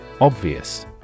Obvious